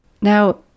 Now